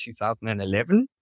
2011